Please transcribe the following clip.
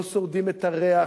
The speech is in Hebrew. לא שורדים את הריח,